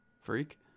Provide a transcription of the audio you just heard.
Freak